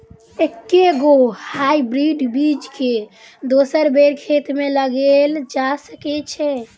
एके गो हाइब्रिड बीज केँ दोसर बेर खेत मे लगैल जा सकय छै?